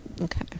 okay